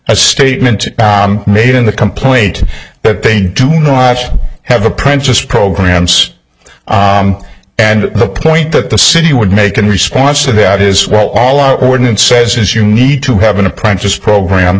a statement made in the complaint that they do not have apprentice programs and the point that the city would make in response to that is well all our ordinance says is you need to have an apprentice program